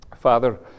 Father